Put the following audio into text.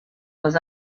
was